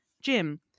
jim